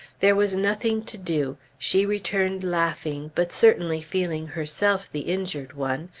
there was nothing to do she returned laughing, but certainly feeling herself the injured one,